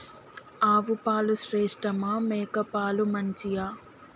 ఆవు పాలు శ్రేష్టమా మేక పాలు మంచియా?